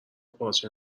پارچه